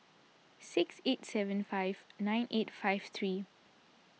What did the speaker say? six eight seven five nine eight five three